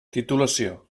titulació